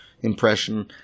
impression